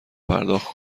پرداخت